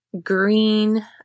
green